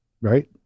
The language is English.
right